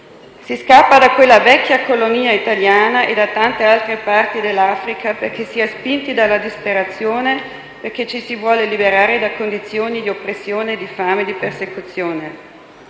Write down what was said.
Si scappa da quella vecchia colonia italiana e da tante altre parti dell'Africa perché si è spinti dalla disperazione e ci si vuole liberare da condizioni di oppressione, di fame e persecuzione.